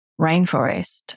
rainforest